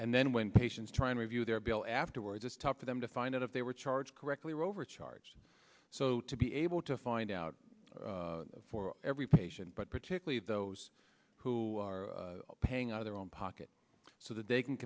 and then when patients try and review their bill afterwards it's tough for them to find out if they were charged correctly or overcharged so to be able to find out for every patient but particularly those who are paying out their own pocket so that they can